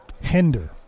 Hinder